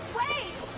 wait.